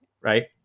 Right